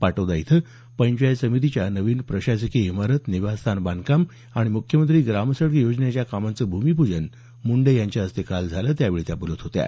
पाटोदा इथं पंचायत समितीच्या नवीन प्रशासकीय इमारत निवासस्थान बांधकाम आणि मुख्यमंत्री ग्रामसडक योजनेच्या कामांचं भूमिपूजन मुंडे यांच्या हस्ते काल झालं त्यावेळी त्या बोलत होत्या